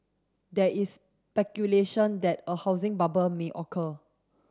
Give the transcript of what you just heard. there is speculation that a housing bubble may occur